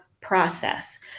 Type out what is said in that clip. process